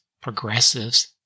progressives